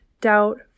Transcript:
Doubt